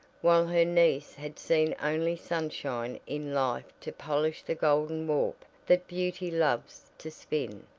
while her niece had seen only sunshine in life to polish the golden warp that beauty loves to spin.